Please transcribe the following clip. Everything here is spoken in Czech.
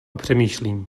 přemýšlím